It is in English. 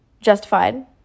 justified